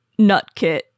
Nutkit